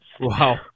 Wow